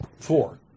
Four